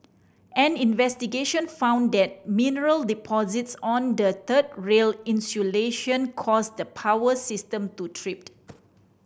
an investigation found that mineral deposits on the third rail insulation caused the power system to trip